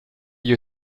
you